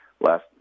last